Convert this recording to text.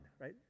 right